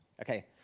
Okay